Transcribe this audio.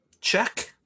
Check